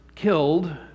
killed